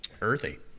Earthy